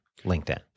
LinkedIn